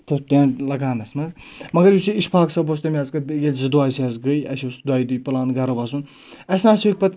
tent لگانَس منٛز مگر یُس یہِ اِشفاق صٲب اوس تٔمۍ حظ گٔے ییٚلہِ زٕ دۄہ زِ حظ گٔے اَسہِ اوس دۄیہِ دۄہ پٕلان گرٕ وَسُن اَسہِ نہ حظ ہیٚوکھ پَتہٕ